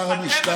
שר המשטרה.